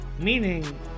meaning